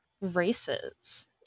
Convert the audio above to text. races